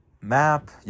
map